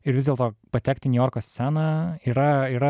ir vis dėlto patekti į niujorko sceną yra yra